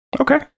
okay